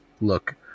look